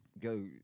go